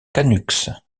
canucks